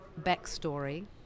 backstory